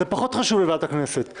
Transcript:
זה פחות חשוב לוועדת הכנסת.